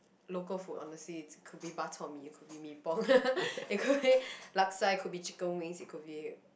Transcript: local food honestly it's could bak-chor-mee it could be mee pok it could be laksa it could be chicken wings it could be